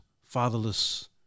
fatherless